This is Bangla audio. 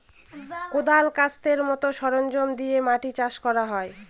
কোঁদাল, কাস্তের মতো সরঞ্জাম দিয়ে মাটি চাষ করা হয়